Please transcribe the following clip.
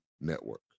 Network